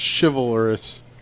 chivalrous